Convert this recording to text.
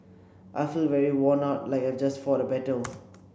I feel very worn out like I've just fought a battle